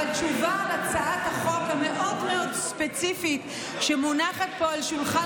אבל תשובה להצעת החוק המאוד-מאוד ספציפית שמונחת פה על שולחן